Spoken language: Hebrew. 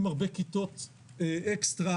עם הרבה כיתות אקסטרה,